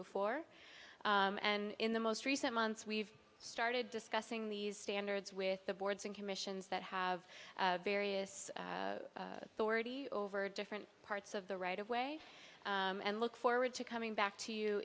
before and in the most recent months we've started discussing these standards with the boards and commissions that have various authorities over different parts of the right of way and look forward to coming back to you